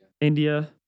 India